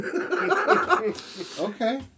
Okay